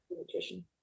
nutrition